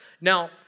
Now